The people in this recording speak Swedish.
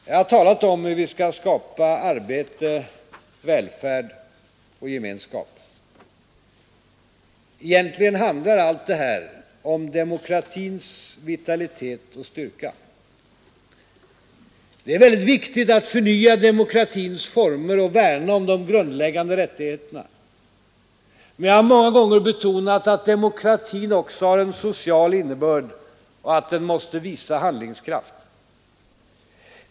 Jag har talat om hur vi skall skapa arbete, välfärd och gemenskap. Egentligen handlar allt detta om demokratins vitalitet och styrka. Det är väldigt viktigt att förnya demokratins former och värna om de grundläggande rättigheterna. Men jag har många gånger betonat att demokratin också har en social innebörd, att den måste visa handlingskraft.